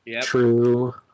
true